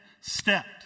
stepped